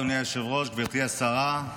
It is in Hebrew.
אדוני היושב-ראש, גברתי השרה,